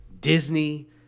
Disney